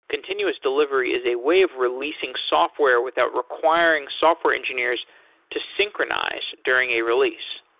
continuous delivery is a way of releasing software without requiring software engineers to synchronize during a release.